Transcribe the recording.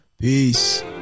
peace